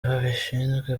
babishinzwe